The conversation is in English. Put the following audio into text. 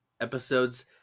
episodes